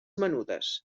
menudes